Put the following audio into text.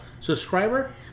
subscriber